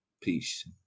Peace